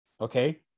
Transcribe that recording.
okay